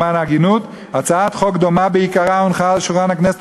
למען ההגינות: הצעת חוק דומה בעיקרה הונחה על שולחן הכנסת